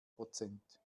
prozent